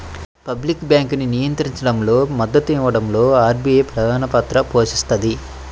public బ్యాంకింగ్ను నియంత్రించడంలో, మద్దతునివ్వడంలో ఆర్బీఐ ప్రధానపాత్ర పోషిస్తది